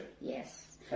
Yes